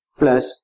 plus